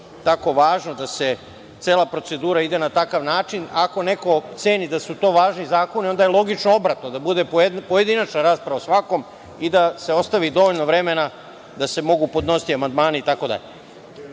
tako važno da cela procedura ide na takav način. Ako neko ceni da su to važni zakoni, onda je logično obratno, da bude pojedinačna rasprava o svakom i da se ostavi dovoljno vremena da se mogu podnositi amandmani itd. Ja